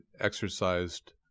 exercised